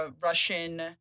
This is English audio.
Russian